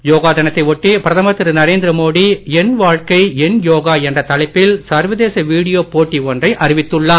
யோகா தினத்தை ஒட்டி பிரதமர் திரு நரேந்திர மோடி என் வாழ்க்கை என் யோகா என்ற தலைப்பில் சர்வதேச வீடியோ போட்டி ஒன்றை அறிவித்துள்ளார்